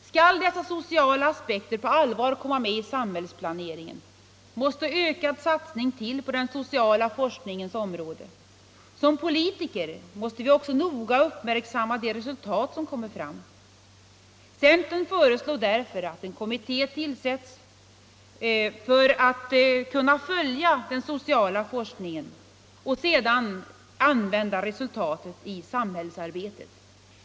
Skall de sociala aspekterna på allvar komma med i samhällsplaneringen måste ökad satsning till på den sociala forskningens område. Som politiker måste vi också noga uppmärksamma de resultat som kommer fram. Centern föreslår därför att en kommitté tillsätts, där politikerna på nära håll får följa den sociala forskningen för att kunna använda resultaten i samhällsarbetet.